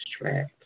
track